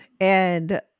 And-